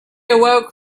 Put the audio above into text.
awoke